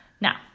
Now